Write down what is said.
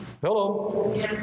Hello